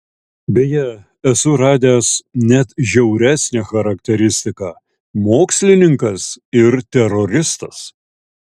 beje esu radęs net žiauresnę charakteristiką mokslininkas ir teroristas